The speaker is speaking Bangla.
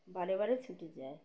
বারে বারে ছুটে যায়